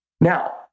Now